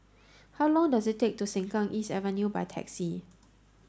how long does it take to Sengkang East Avenue by taxi